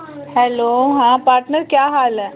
hello हां partner क्या हाल है